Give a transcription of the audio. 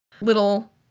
little